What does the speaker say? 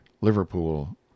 Liverpool